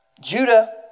Judah